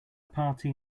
party